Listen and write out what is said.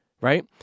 right